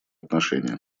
отношения